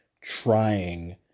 trying